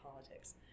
politics